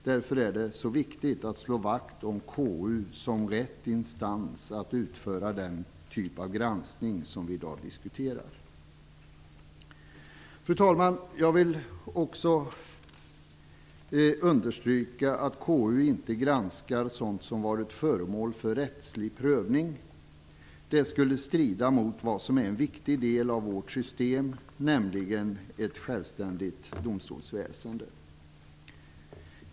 Därför är det så viktigt att slå vakt om KU som rätt instans att utföra den typ av granskning som vi i dag diskuterar. Fru talman! Jag vill också understryka att KU inte granskar sådant som varit föremål för rättslig prövning. Det skulle strida mot vad som är en viktig del av vårt system, nämligen ett självständigt domstolsväsende.